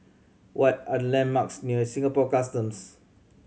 what are the landmarks near Singapore Customs